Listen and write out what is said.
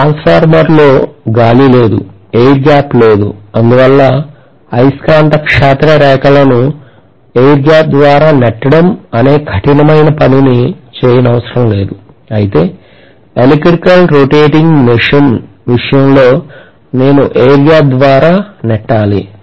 transformer లో గాలి లేదు ఎయిర్ గ్యాప్ లేదు అందువల్ల అయస్కాంత క్షేత్ర రేఖలను ఎయిర్ గ్యాప్ ద్వారా నెట్టడం అనే కఠినమైన పనిని చేయనవసరం లేదు అయితే ఎలక్ట్రికల్ రొటేటింగ్ మెషిన్ విషయంలో నేను ఎయిర్ గ్యాప్ ద్వారా నెట్టాలి